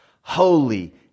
holy